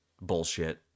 bullshit